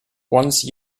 once